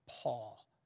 Paul